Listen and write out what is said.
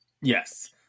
Yes